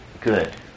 Good